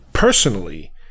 Personally